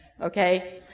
okay